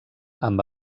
amb